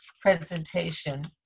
presentation